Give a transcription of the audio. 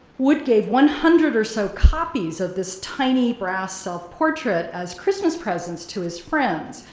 wood gave one hundred or so copies of this tiny brass self portrait as christmas presents to his friends,